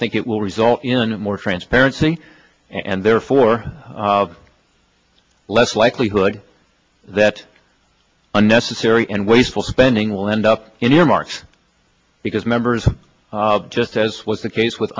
think it will result in more transparency and therefore less likelihood that unnecessary and wasteful spending will end up in earmarks because members just as was the case with